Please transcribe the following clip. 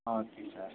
ah okay sir